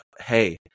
hey